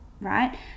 right